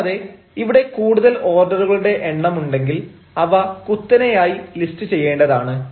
കൂടാതെ ഇവിടെ കൂടുതൽ ഓർഡറുകളുടെ എണ്ണം ഉണ്ടെങ്കിൽ അവ കുത്തനെയായി ലിസ്റ്റ് ചെയ്യേണ്ടതാണ്